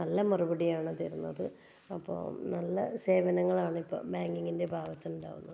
നല്ല മറുപടിയാണ് തരുന്നത് അപ്പോൾ നല്ല സേവനങ്ങളാണ് ഇപ്പം ബാങ്കിങ്ങിൻ്റെ ഭാഗത്തു നിന്ന് ഉണ്ടാകുന്നത്